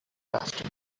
faster